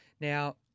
Now